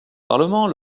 parlement